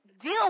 deal